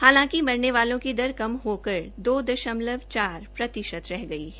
हालांकि मरने वालों की दर कम होकर दो दशमलव चार प्रतिशत रह गई है